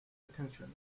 attention